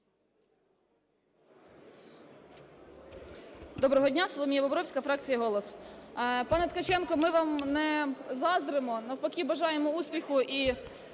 Доброго дня. Соломія Бобровська, фракція "Голос". Пане Ткаченко, ми вам не заздримо, навпаки бажаємо успіху.